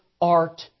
art